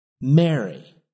Mary